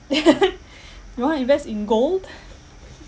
then you want to invest in gold